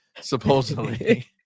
supposedly